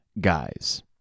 guys